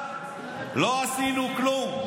לא עשינו כלום.